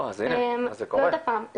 אז זה קורה,